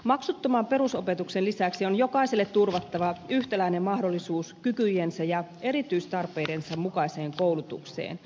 maksuttoman perusopetuksen lisäksi on jokaiselle turvattava yhtäläinen mahdollisuus kykyjensä ja erityistarpeidensa mukaiseen koulutukseen